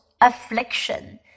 affliction